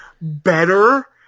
better